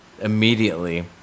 Immediately